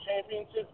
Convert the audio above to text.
championships